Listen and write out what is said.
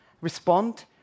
respond